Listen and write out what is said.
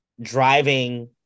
driving